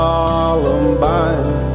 Columbine